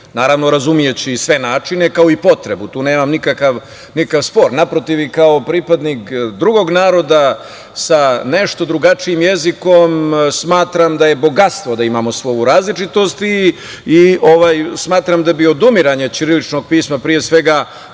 Naravno, razumeću sve načine, kao i potrebu. Tu nemam nikakav spor. Naprotiv, i kao pripadnik drugog naroda sa nešto drugačijem jezikom smatram da je bogatstvo da imamo svu ovu različitost i smatram da bi odumiranje ćiriličnog pisma, pre svega,